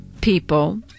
people